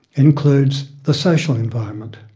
includes the social environment.